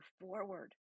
forward